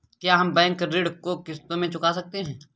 क्या हम बैंक ऋण को किश्तों में चुका सकते हैं?